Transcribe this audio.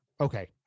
okay